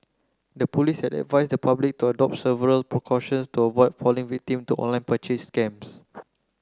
the police had advised the public to adopt several precautions to avoid falling victim to online purchase scams